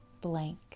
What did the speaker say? blank